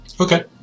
Okay